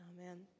Amen